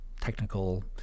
technical